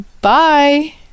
Bye